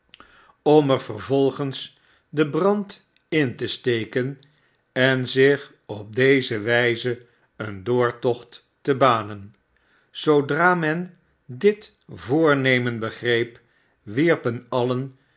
er vervolgens den brand in te steken en zich op deze wijze een doortocht te banen zoodra men dit voornemen begreep wierpen alien